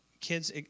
Kids